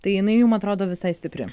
tai jinai jum atrodo visai stipri